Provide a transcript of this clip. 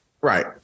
Right